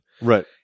Right